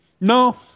No